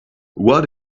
what